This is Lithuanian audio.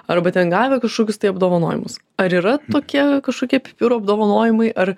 arba ten gavę kažkokius tai apdovanojimus ar yra tokie kažkokie pipirų apdovanojimai ar